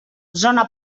zona